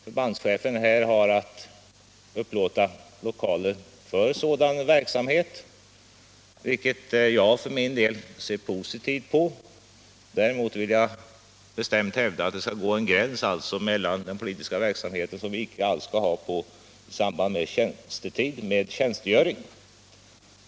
Förbandscheferna har att upplåta lokaler för sådan verksamhet, vilket jag för min del ser positivt på. Däremot vill jag bestämt hävda att det skall gå en gräns mellan tjänstetid och fritid; den politiska verksamheten skall inte förekomma under tjänstgöring.